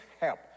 help